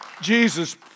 Jesus